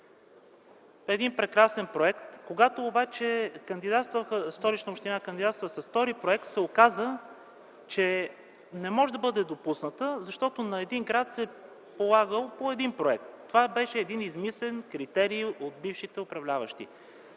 един прекрасен проект. Когато обаче Столична община кандидатства с втори проект, се оказа, че не може да бъде допусната, защото на един град се полагал по един проект. Това беше един измислен критерий от бившите управляващи,